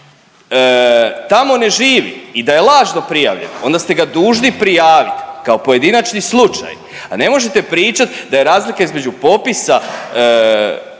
tamo ne živi i da je lažno prijavljen onda ste ga dužni prijavit kao pojedinačni slučaj, a ne možete pričat da je razlika između popisa